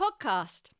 podcast